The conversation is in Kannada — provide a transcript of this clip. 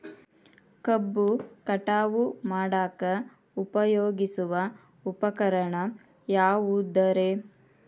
ಕಬ್ಬು ಕಟಾವು ಮಾಡಾಕ ಉಪಯೋಗಿಸುವ ಉಪಕರಣ ಯಾವುದರೇ?